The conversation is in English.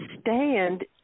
stand